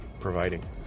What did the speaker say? providing